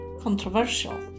controversial